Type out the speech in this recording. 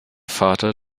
vater